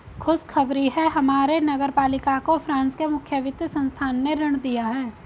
खुशखबरी है हमारे नगर पालिका को फ्रांस के मुख्य वित्त संस्थान ने ऋण दिया है